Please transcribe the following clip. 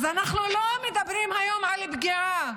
אז אנחנו לא מדברים היום על פגיעה,